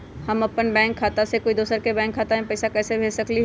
हम अपन बैंक खाता से कोई दोसर के बैंक खाता में पैसा कैसे भेज सकली ह?